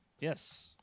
Yes